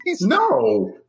No